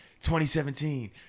2017